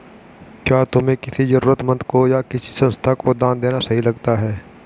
क्या तुम्हें किसी जरूरतमंद को या किसी संस्था को दान देना सही लगता है?